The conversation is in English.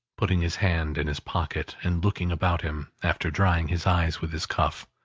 putting his hand in his pocket, and looking about him, after drying his eyes with his cuff